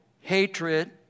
hatred